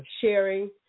sharing